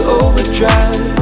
overdrive